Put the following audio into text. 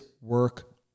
work